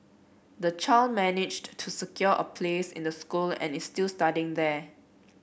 the child managed to secure a place in the school and is still studying there